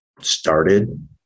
started